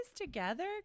together